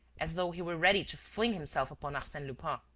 as though he were ready to fling himself upon arsene lupin.